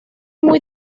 muy